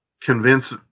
convince